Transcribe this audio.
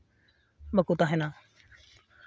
ᱵᱟᱹᱠᱩ ᱛᱟᱦᱮᱱᱟ